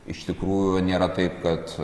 iš tikrųjų nėra taip kad